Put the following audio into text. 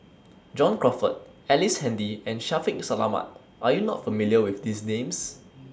John Crawfurd Ellice Handy and Shaffiq Selamat Are YOU not familiar with These Names